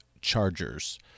chargers